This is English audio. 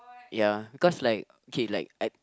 ya cause like K like I